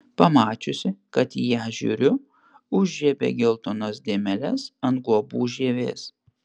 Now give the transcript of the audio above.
pamačiusi kad į ją žiūriu užžiebė geltonas dėmeles ant guobų žievės